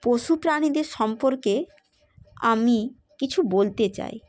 পশু প্রাণীদের সম্পর্কে আমি কিছু বলতে চাই